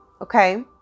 Okay